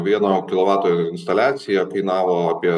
vieno kilovato instaliacija kainavo apie